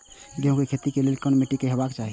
गेहूं के खेतीक लेल केहन मीट्टी हेबाक चाही?